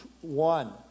one